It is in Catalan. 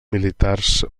militars